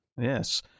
Yes